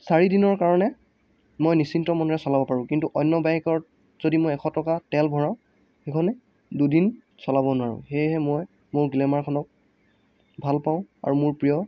চাৰিদিনৰ কাৰণে মই নিশ্চিন্ত মনেৰে চলাব পাৰোঁ কিন্তু অন্য় বাইকত যদি মই এশ টকা তেল ভৰাওঁ সেইখনে দুদিন চলাব নোৱাৰোঁ সেয়েহে মই মোৰ গ্লেমাৰখনক ভালপাওঁ আৰু মোৰ প্ৰিয়